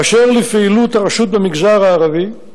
אשר לפעילות הרשות במגזר הערבי,